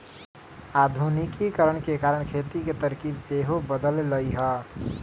आधुनिकीकरण के कारण खेती के तरकिब सेहो बदललइ ह